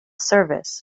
service